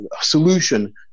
solution